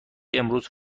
امروز